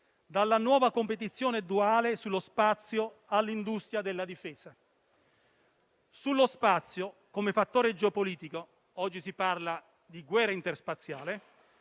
dalla nuova competizione duale sullo spazio all'industria della difesa. Sullo spazio come fattore geopolitico - oggi si parla di guerra interspaziale